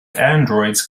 androids